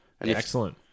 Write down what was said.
Excellent